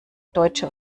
deutsche